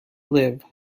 live